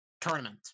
tournament